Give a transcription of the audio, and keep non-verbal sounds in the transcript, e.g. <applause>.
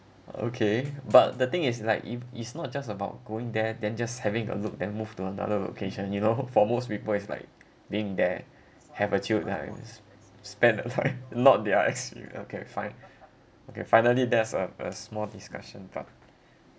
okay but the thing is like if it's not just about going there then just having a look then move to another location you know <laughs> for most people is like being there have a chilled time s~ spend a night <laughs> not their expe~ okay fine okay finally there's a uh more discussion talk